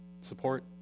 support